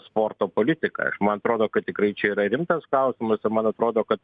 sporto politika aš man atrodo kad tikrai čia yra rimtas klausimas ir man atrodo kad